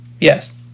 Yes